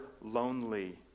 lonely